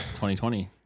2020